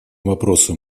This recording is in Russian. вопросам